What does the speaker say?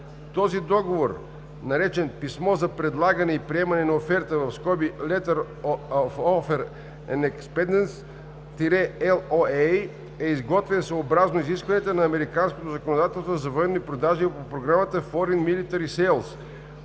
Този договор, наречен „Писмо за предлагане и приемане на офертата“ (Letter of Offer and Acceptance – LOA), е изготвен съобразно изискванията на американското законодателство за военни продажби по Програмата Foreign Military Sales